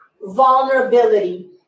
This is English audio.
vulnerability